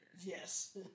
Yes